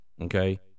Okay